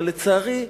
אבל לצערי,